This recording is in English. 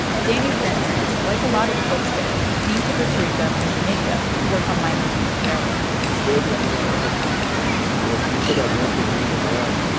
danny's grandparents, like a lot of the folks there, came to costa rica from jamaica to work on minor keith's railroad they didn't know a lot. it was people that know to read and write.